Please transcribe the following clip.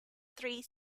three